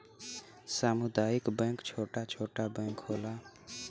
सामुदायिक बैंक छोटा छोटा बैंक होला